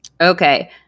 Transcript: Okay